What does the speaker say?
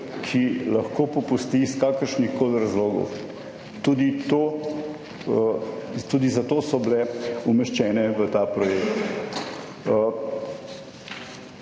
ki lahko popusti iz kakršnihkoli razlogov tudi, zato so bile umeščene v ta projekt.